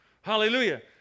Hallelujah